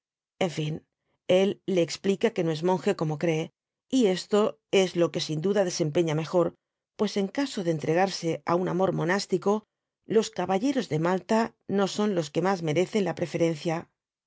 capricho enfin éí le explica que no es monje como cree y esto es lo que sin duda desempeña mejor pues en caso de entregarse á un amor monástico los caballeros de malta no son los que mas merecen la preferencia